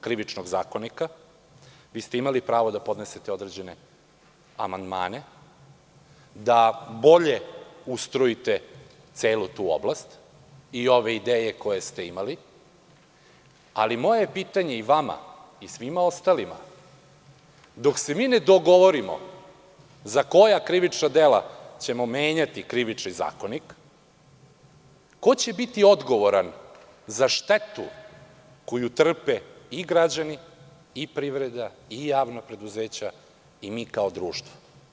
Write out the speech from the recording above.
Krivičnog zakonika, vi ste imali pravo da podnesete određene amandmane da bolje ustrojite celu tu oblast i ove ideje koje ste imali, ali moje je pitanje i vama i svima ostalima, dok se mi ne dogovorimo za koja krivična dela ćemo menjati Krivični zakonik, ko će biti odgovoran za štetu koju trpe i građani i privreda i javna preduzeća i mi kao društvo?